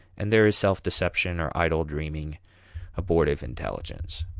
and there is self-deception or idle dreaming abortive intelligence.